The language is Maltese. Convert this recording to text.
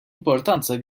importanza